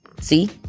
see